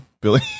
Billy